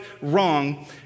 wrong